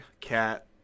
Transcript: cat